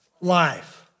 Life